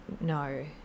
no